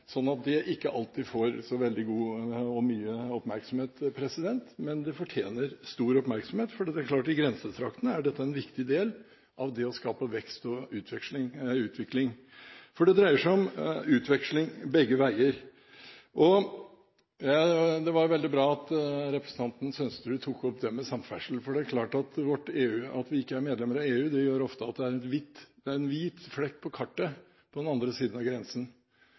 sånn at det ikke alltid får så veldig mye oppmerksomhet, men det fortjener stor oppmerksomhet, for det er klart at i grensetraktene er dette en viktig del av det å skape vekst og utvikling – det dreier seg om utveksling begge veier. Det var bra at representanten Sønsterud tok opp det med samferdsel. Det er klart at det at vi ikke er medlem av EU, gjør at det ofte er en hvit flekk på kartet på den andre siden av grensen.